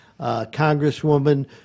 Congresswoman